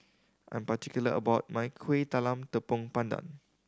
I'm particular about my Kuih Talam Tepong Pandan